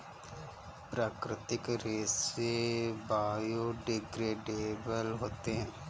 प्राकृतिक रेसे बायोडेग्रेडेबल होते है